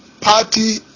party